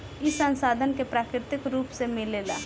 ई संसाधन के प्राकृतिक रुप से मिलेला